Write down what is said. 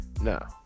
No